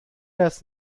das